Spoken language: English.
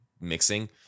mixing